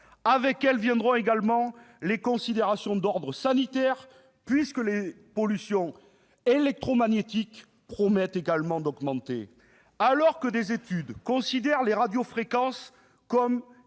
Avec elles s'ajouteront également les considérations d'ordre sanitaire, puisque les pollutions électromagnétiques promettent également de s'accroître. Alors que des études estiment que les radiofréquences pour